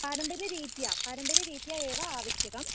पारम्परिकरीत्या पारम्पर्यरीत्या एव आवश्यकम्